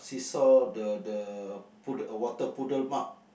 seesaw the the pud~ a water puddle mark